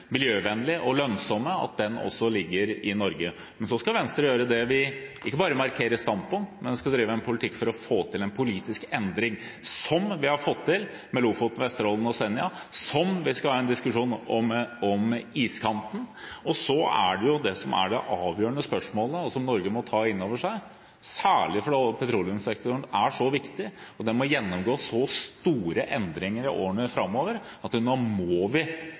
miljøvennlige og lønnsomme, at den også ligger i Norge. Så skal Venstre ikke bare markere standpunkt, men drive en politikk for å få til en politisk endring, som vi har fått til med Lofoten, Vesterålen og Senja, og vi skal ha en diskusjon om iskanten. Så er det avgjørende spørsmålet, som Norge må ta inn over seg, særlig fordi petroleumssektoren er så viktig, og den må gjennomgå så store endringer i årene framover, at nå må vi